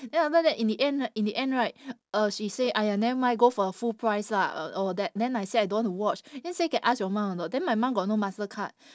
then after that in the end in the end right uh she say !aiya! nevermind go for full price lah all that then I say I don't want to watch then say can ask your mum or not then my mum got no Mastercard